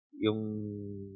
yung